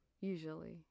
Usually